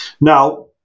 Now